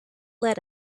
let